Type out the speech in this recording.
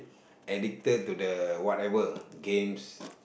addicted to the whatever games